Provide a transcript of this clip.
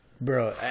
bro